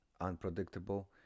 unpredictable